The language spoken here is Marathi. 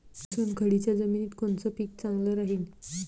चुनखडीच्या जमिनीत कोनचं पीक चांगलं राहीन?